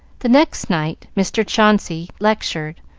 the next night mr. chauncey lectured,